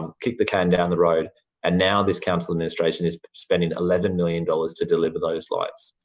um kick the can down the road and now this council administration is spending eleven million dollars to deliver those lights.